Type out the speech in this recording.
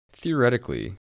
Theoretically